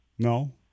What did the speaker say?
No